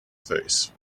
face